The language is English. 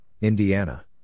Indiana